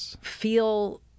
feel